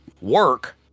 work